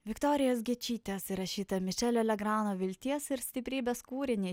viktorijos gečytės įrašyta mičelio legrano vilties ir stiprybės kūrinį